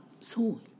soil